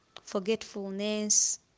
forgetfulness